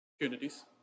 opportunities